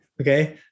Okay